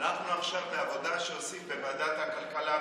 אנחנו עכשיו עושים עבודה בוועדת הכלכלה,